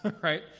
right